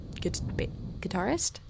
guitarist